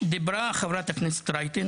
דיברה חברת הכנסת רייטן,